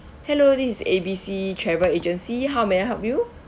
hello this is A B C travel agency how may I help you